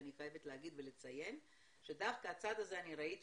אני חייבת להגיד ולציין שדווקא הצד הזה אני ראיתי